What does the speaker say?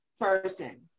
person